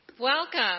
Welcome